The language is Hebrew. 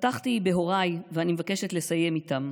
פתחתי בהוריי, ואני מבקשת לסיים איתם.